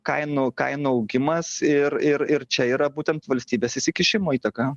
kainų kainų augimas ir ir ir čia yra būtent valstybės įsikišimo įtaka